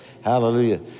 Hallelujah